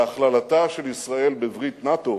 בהכללתה של ישראל בברית נאט"ו,